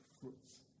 fruits